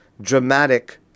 dramatic